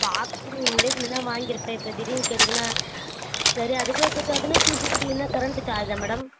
பார்த்து நீங்கள் முன்னாடியே சொல்லியிருந்தா வாங்கியிருப்பேன் இப்போ திடீர்ன்னு கேட்டிங்கன்னால் சரி அதுக்குள்ளே கொடுத்தா அது என்ன டூ ஃபிஃப்டி என்ன கரண்ட்டு சார்ஜாக மேடம்